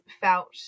felt